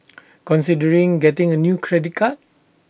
considering getting A new credit card